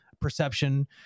perception